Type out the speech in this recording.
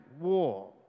war